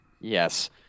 Yes